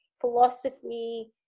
philosophy